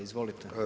Izvolite.